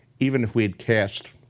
even if we had cast